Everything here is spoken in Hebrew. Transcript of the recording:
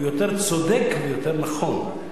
הוא יותר צודק ויותר נכון.